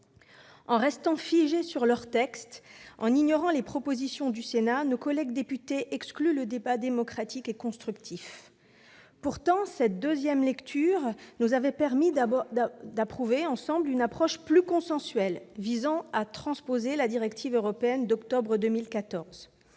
En restant figés sur leur texte, en ignorant les propositions du Sénat, nos collègues députés ont exclu d'avoir un débat démocratique et constructif. Pourtant, en deuxième lecture, la majorité sénatoriale avait opté pour une approche plus consensuelle visant à transposer la directive européenne d'octobre 2014.